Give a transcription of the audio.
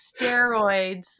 steroids